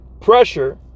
pressure